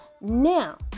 Now